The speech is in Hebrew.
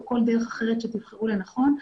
או כל דרך אחרת שתבחרו לנכון,